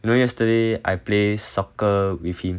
you know yesterday I play soccer with him